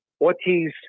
Ortiz